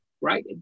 right